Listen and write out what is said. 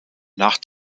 nach